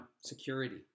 security